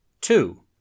Two